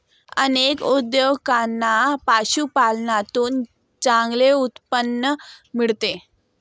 अनेक उद्योजकांना पशुपालनातून चांगले उत्पन्न मिळते